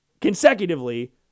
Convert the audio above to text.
consecutively